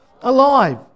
alive